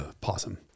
possum